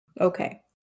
Okay